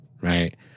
right